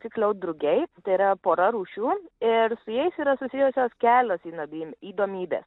tiksliau drugiai tėra pora rūšių ir su jais yra susijusios kelios einamiesiems įdomybė